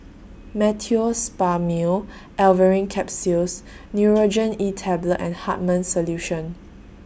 Meteospasmyl Alverine Capsules Nurogen E Tablet and Hartman's Solution